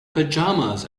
pajamas